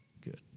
good